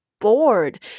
bored